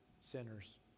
sinner's